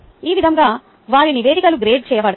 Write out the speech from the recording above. ఈ విధంగా వారి నివేదికలు గ్రేడ్ చేయబడతాయి